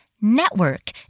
network